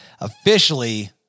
officially